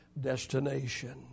destination